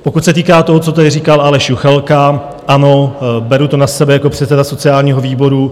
Pokud se týká toho, co tady říkal Aleš Juchelka: ano, beru to na sebe jako předseda sociálního výboru.